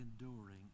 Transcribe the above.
enduring